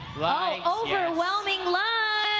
like overwhelming like.